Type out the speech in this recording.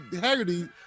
Haggerty